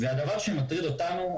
הדבר שמטריד אותנו,